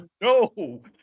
no